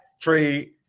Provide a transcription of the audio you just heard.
trade